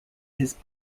his